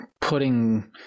putting